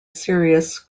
serious